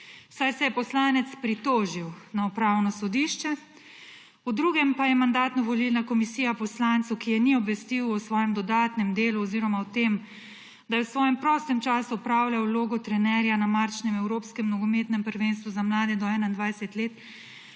saj se je poslanec pritožil na Upravno sodišče, o drugem pa je Mandatno-volilna komisija poslancu, ki je ni obvestil o svojem dodatnem delu oziroma o tem, da je v svojem prostem času opravljal vlogo trenerja na marčnem evropskem nogometnem prvenstvu za mlade do 21 let,